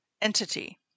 entity